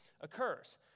occurs